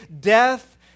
death